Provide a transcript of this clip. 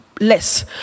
less